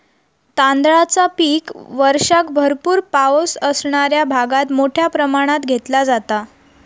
तांदळाचा पीक वर्षाक भरपूर पावस असणाऱ्या भागात मोठ्या प्रमाणात घेतला जाता